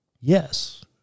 yes